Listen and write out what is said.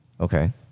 Okay